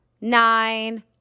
nine